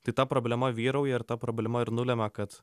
tai ta problema vyrauja ir ta problema ir nulemia kad